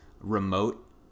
remote